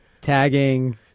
Tagging